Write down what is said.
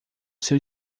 seu